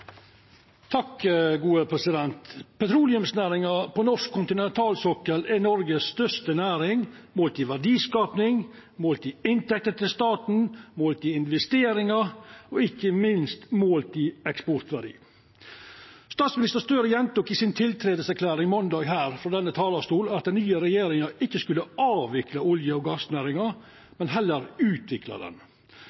Noregs største næring målt i verdiskaping, målt i inntekter til staten, målt i investeringar og ikkje minst målt i eksportverdi. Statsminister Støre gjentok i si tiltredingserklæring måndag her frå denne talarstolen at den nye regjeringa ikkje skulle avvikla olje- og gassnæringa